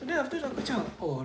so that afterwards aku macam oh